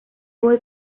voy